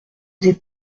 des